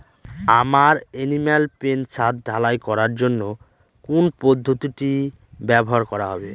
আমার animal pen ছাদ ঢালাই করার জন্য কোন পদ্ধতিটি ব্যবহার করা হবে?